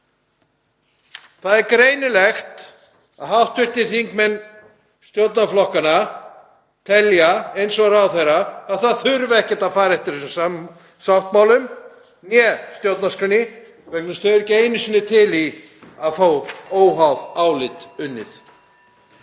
Það er greinilegt að hv. þingmenn stjórnarflokkanna telja eins og ráðherra að það þurfi hvorki að fara eftir þessum sáttmálum né stjórnarskrá vegna þess að þau eru ekki einu sinni til í að fá óháð álit unnið.